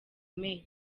meya